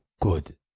good